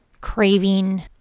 craving